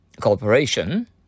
cooperation